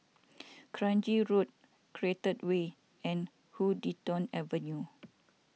Kranji Road Create Way and Huddington Avenue